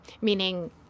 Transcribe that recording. meaning